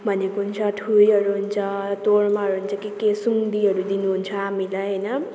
भनेको हुन्छ ठुईहरू हुन्छ तोर्माहरू हुन्छ के के सुङ्दीहरू दिनुहुन्छ हामीलाई होइन